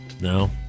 No